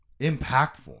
impactful